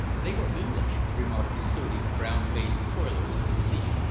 they were english! remarked the sturdy, brown-faced toilers of the sea,